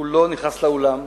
כולו נכנס לאולם.